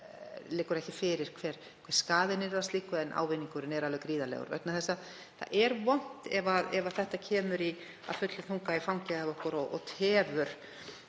liggur ekki fyrir hver skaðinn yrði af slíku en ávinningurinn yrði gríðarlegur. Það er vont ef þetta kemur af fullum þunga í fangið á okkur og tefur